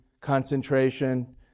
concentration